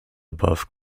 above